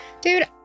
Dude